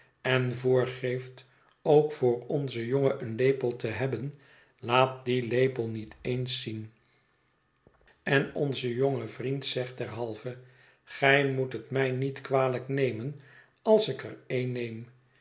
en voorgeeft ook voor onzen jongen een lepel te hebben laat dien lepel niet eens zien én onze jonge vriend zegt derhalve gij moet het mij niet kwalijk nemen als ik er een neem